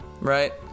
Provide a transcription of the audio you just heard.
Right